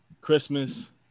Christmas